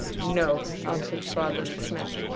no, answered father de smet,